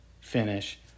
finish